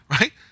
Right